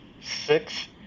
six